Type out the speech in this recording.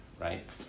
right